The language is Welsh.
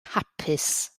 hapus